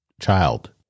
child